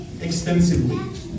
extensively